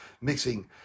mixing